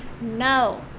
No